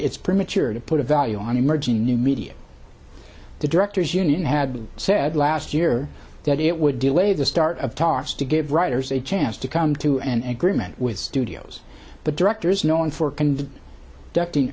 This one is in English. it's premature to put a value on emerging new media the directors union had said last year that it would delay the start of talks to give writers a chance to come to an agreement with studios but directors knowing for